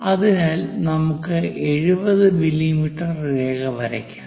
അതിനാൽ നമുക്ക് 70 മില്ലീമീറ്റർ രേഖ വരയ്ക്കാം